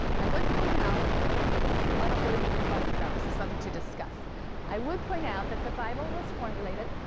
i would point out well i don't really need to cross this out, this is something to discuss i would point out that the bible was formulated